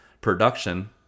production